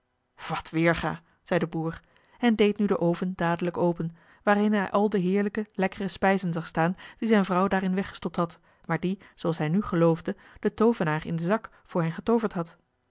wat weerga zei de boer en deed nu den oven dadelijk open waarin hij al de heerlijke lekkere spijzen zag staan die zijn vrouw daarin weggestopt had maar die zooals hij nu geloofde de toovenaar in den zak voor hen getooverd had